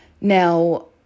Now